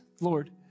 Lord